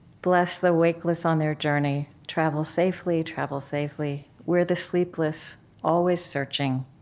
bless the wakeless on their journey. travel safely, travel safely. we're the sleepless always searching,